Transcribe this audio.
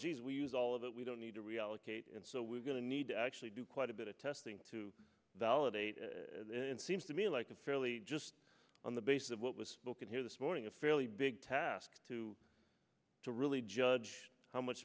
geez we use all of that we don't need to reallocate and so we're going to need to actually do quite a bit of testing to validate it seems to me like a fairly just on the basis of what was broken here this morning a fairly big task to really judge how much